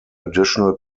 additional